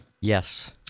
Yes